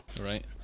right